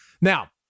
Now